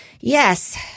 Yes